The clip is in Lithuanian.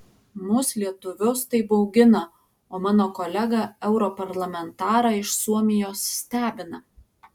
mus lietuvius tai baugina o mano kolegą europarlamentarą iš suomijos stebina